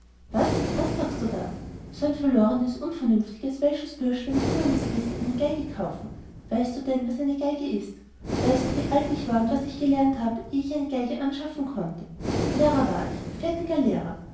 was was sagst du da so ein verlorenes unvernünftiges welsches büblein wie du eins bist eine geige kaufen weißt du denn was eine geige ist weißt du wie alt ich war und was ich gelernt hatte eh ich eine geige anschaffen konnte lehrer war ich fertiger lehrer